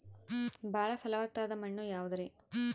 ಬಾಳ ಫಲವತ್ತಾದ ಮಣ್ಣು ಯಾವುದರಿ?